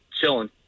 chilling